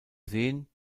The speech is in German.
sehen